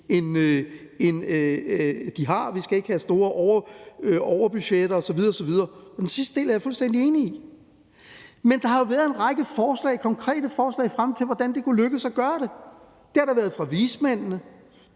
end de har, og at vi ikke skal have store overbudgetter osv. osv., og den sidste del er jeg fuldstændig enig i. Men der har jo været en række konkrete forslag fremme til, hvordan det kunne lykkes at gøre det. Det har der været fra vismændene,